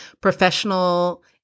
professional